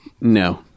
No